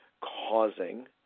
causing